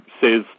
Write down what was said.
says